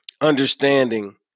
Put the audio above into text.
understanding